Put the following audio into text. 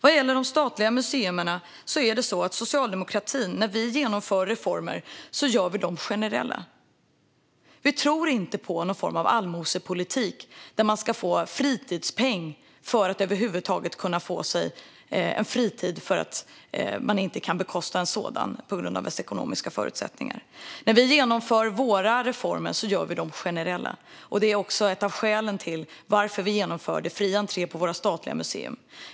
Vad gäller de statliga museerna är det så att när vi i socialdemokratin genomför reformer gör vi dem generella. Vi tror inte på någon form av allmosepolitik där man ska få fritidspeng för att över huvud taget kunna få en fritid när man inte kan bekosta en sådan på grund av ens ekonomiska förutsättningar. När vi genomför våra reformer gör vi dem generella. Det var också ett av skälen till att vi genomförde fri entré till våra statliga museer.